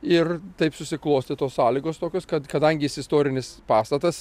ir taip susiklostė tos sąlygos tokios kad kadangi jis istorinis pastatas